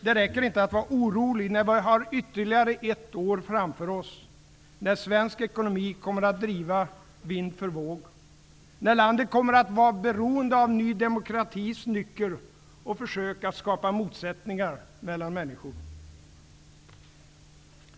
Det räcker inte att vara orolig, när vi har ytterligare ett år framför oss, då svensk ekonomi kommer att driva vind för våg, och då landet kommer att vara beroende av Ny demokratis nycker och försök att skapa motsättningar mellan människor.